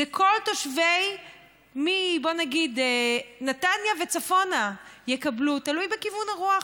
כל התושבים מנתניה וצפונה, תלוי בכיוון הרוח,